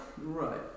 Right